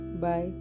Bye